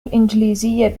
الإنجليزية